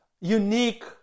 unique